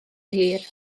hir